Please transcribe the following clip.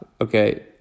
okay